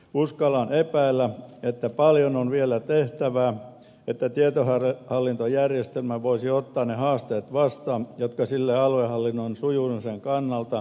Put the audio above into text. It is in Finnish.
uskallan epäillä että paljon on vielä tehtävää että tietohallintojärjestelmä voisi ottaa ne haasteet vastaan jotka sille aluehallinnon sujumisen kannalta on esitetty